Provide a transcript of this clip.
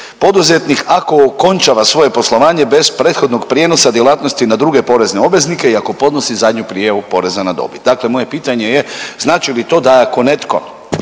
poduzetnik ako okončava svoje poslovanje bez prethodnog prijenosa djelatnosti na druge porezne obveznike i ako podnosi zadnju prijavu porezna na dobit. Dakle, moje pitanje je znači li to da ako netko